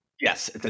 Yes